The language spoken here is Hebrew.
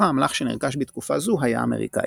עיקר האמל"ח שנרכש בתקופה זו היה אמריקאי.